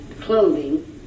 clothing